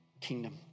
kingdom